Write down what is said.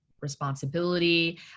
responsibility